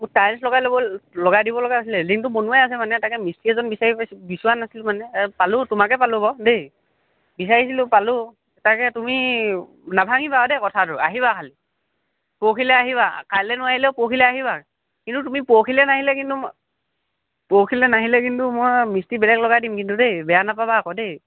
মোৰ টাইলছ্ লগাই ল'ব লগাই দিব লগা আছিলে লেট্ৰিনটো বনোৱাই আছে মানে তাকে মিষ্ট্ৰী এজন বিচাৰি নাপাইছোঁ বিচৱা নাছিলোঁ মানে এই পালোঁ তোমাকে পালোঁ বাৰু দেই বিচাৰিছিলোঁ পালোঁ তাকে তুমি নাভাঙিবা দেই কথাটো আহিবা ভাল পৰহিলৈ আহিবা কাইলৈ নোৱাৰিলেও পৰহিলৈ আহিবা কিন্তু তুমি পৰহিলৈ নাহিলে কিন্তু পৰহিলৈ নাহিলে কিন্তু মই মিস্ত্ৰী বেলেগ লগাই দিম কিন্তু দেই বেয়া নাপাবা আকৌ দেই